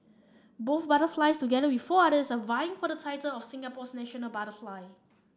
both butterflies together with four others are vying for the title of Singapore's national butterfly